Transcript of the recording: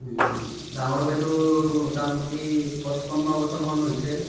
ডাঙৰ বাইদেউৰ মোটামুটি পঁচপন্ন বছৰমান হৈছে